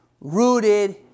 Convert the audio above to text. rooted